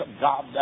God